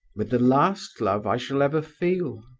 with the last love i shall ever feel?